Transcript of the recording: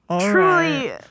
Truly